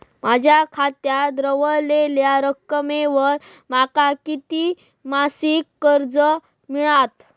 माझ्या खात्यात रव्हलेल्या रकमेवर माका किती मासिक कर्ज मिळात?